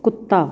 ਕੁੱਤਾ